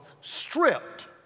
stripped